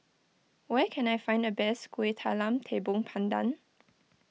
where can I find the best Kuih Talam Tepong Pandan